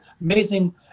Amazing